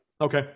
Okay